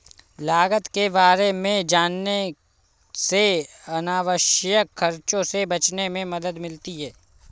लागत के बारे में जानने से अनावश्यक खर्चों से बचने में मदद मिलती है